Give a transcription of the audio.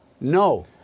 No